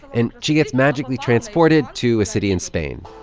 and she gets magically transported to a city in spain.